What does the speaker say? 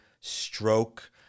stroke